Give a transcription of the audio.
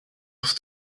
off